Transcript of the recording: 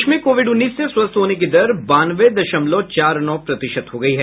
देश में कोविड उन्नीस से स्वस्थ होने की दर बानवे दशमलव चार नौ प्रतिशत हो गई है